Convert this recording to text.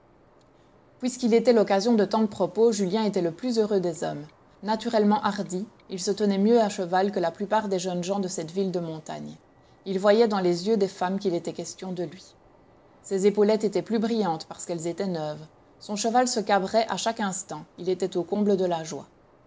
qu'il était l'occasion de tant de propos julien était le plus heureux des hommes naturellement hardi il se tenait mieux à cheval que la plupart des jeunes gens de cette ville de montagne il voyait dans les yeux des femmes qu'il était question de lui ses épaulettes étaient plus brillantes parce qu'elles étaient neuves son cheval se cabrait à chaque instant il était au comble de la joie